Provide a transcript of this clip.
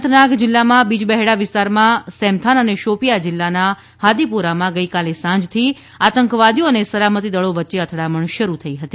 અનંતનાગ જીલ્લામાં બિજ બહેડા વિસ્તારમાં સેમથાન અને શોપિયા જીલ્લાના હાદીપોરામાં ગઇકાલે સાંજથી આતંકવાદીઓ અને સલામતી દળો વચ્ચે અથડામણ શરૂ થઇ હતી